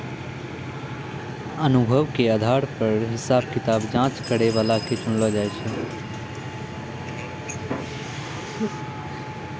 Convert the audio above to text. अनुभव के आधार पर हिसाब किताब जांच करै बला के चुनलो जाय छै